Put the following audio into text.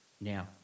Now